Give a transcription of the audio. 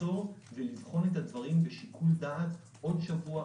לעצור ולבחון את הדברים בשיקול דעת עוד שבוע,